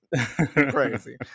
Crazy